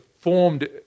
formed